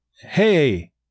hey